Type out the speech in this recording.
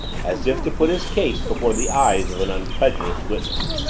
as if to put his case before the eyes of an unprejudiced witness.